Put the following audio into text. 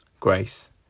Grace